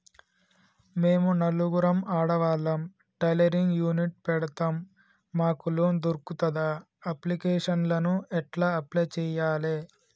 మేము నలుగురం ఆడవాళ్ళం టైలరింగ్ యూనిట్ పెడతం మాకు లోన్ దొర్కుతదా? అప్లికేషన్లను ఎట్ల అప్లయ్ చేయాలే?